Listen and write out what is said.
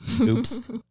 Oops